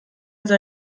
also